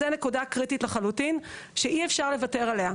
זוהי נקודה קריטית לחלוטין, שאי אפשר לוותר עליה.